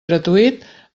gratuït